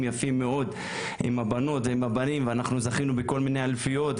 יפים מאוד עם הבנות והבנים וזכינו בכל מיני אליפויות.